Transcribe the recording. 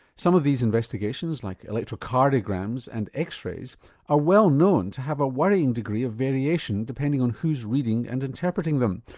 some of these investigations like electrocardiograms and x-rays are well known to have a worrying degree of variation depending on who's reading and interpreting them.